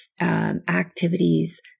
activities